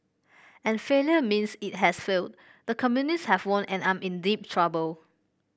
and failure means it has failed the communists have won and I'm in deep trouble